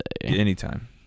Anytime